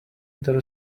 there